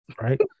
right